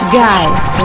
guys